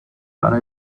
para